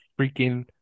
freaking